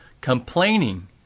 Complaining